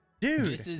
dude